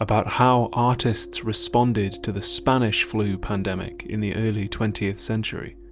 about how artists responded to the spanish flu pandemic in the early twentieth century.